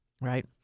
right